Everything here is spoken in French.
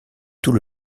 tout